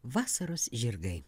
vasaros žirgai